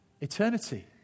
eternity